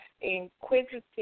Inquisitive